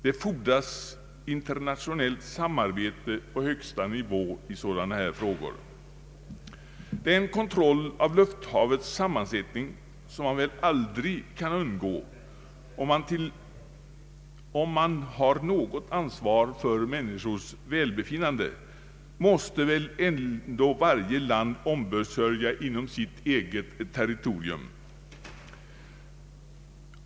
Det fordras internationellt samarbete på högsta nivå i sådana här frågor. Den kontroll av lufthavets sammansättning som man väl aldrig kan undgå, om man har något ansvar för människors välbefinnande, måste nog ändå varje land ombesörja inom sitt eget territorium.